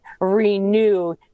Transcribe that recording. renew